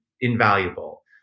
invaluable